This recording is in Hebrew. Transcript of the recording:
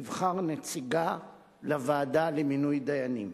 תבחר נציגה לוועדה למינוי דיינים,